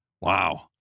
Wow